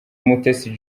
mutesi